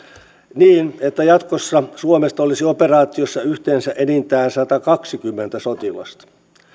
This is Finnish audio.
niin että jatkossa suomesta olisi operaatioissa yhteensä enintään satakaksikymmentä sotilasta